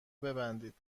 ببندید